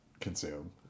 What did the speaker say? consume